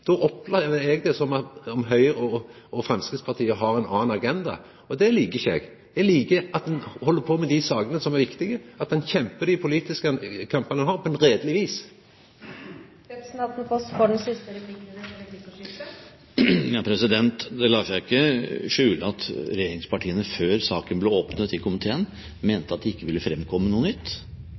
då? Då opplever eg det som at Høgre og Framstegspartiet har ein annan agenda, og det liker ikkje eg. Eg liker at ein held på med dei sakene som er viktige, at ein kjempar dei politiske kampane, på ærleg vis. Det lar seg ikke skjule at regjeringspartiene før saken ble åpnet i komiteen, mente at det ikke ville fremkomme noe nytt.